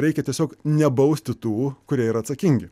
reikia tiesiog nebausti tų kurie yra atsakingi